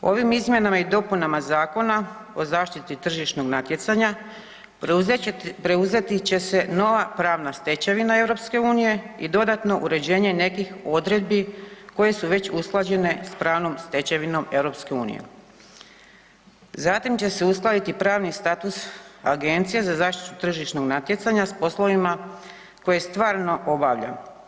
Ovim izmjenama i dopunama Zakona o zaštiti tržišnog natjecanja preuzeti će se nova pravna stečevina EU i dodatno uređenje nekih odredbi koje su već usklađene s pravnom stečevinom EU, zatim će se uskladiti pravni status Agencije za zaštitu tržišnog natjecanja s poslovima koje stvarno obavlja.